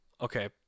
okay